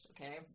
okay